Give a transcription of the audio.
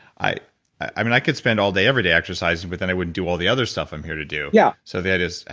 i i mean, i could spend all day every day exercising, but then i wouldn't do all the other stuff i'm here to do, yeah so the idea is,